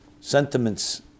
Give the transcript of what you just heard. sentiments